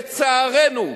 לצערנו.